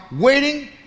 waiting